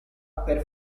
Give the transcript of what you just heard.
per